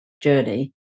journey